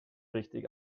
richtig